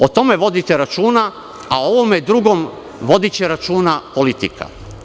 O tome vodite računa, a o ovome drugom vodiće računa politika.